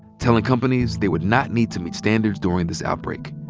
telling companies they would not need to meet standards during this outbreak.